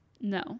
No